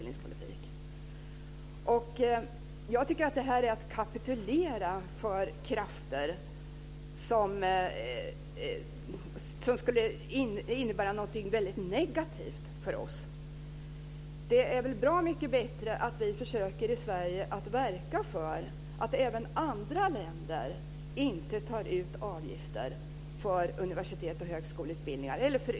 Jag står bakom alla våra reservationer.